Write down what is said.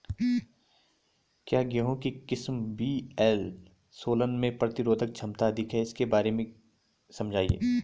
क्या गेहूँ की किस्म वी.एल सोलह में प्रतिरोधक क्षमता अधिक है इसके बारे में समझाइये?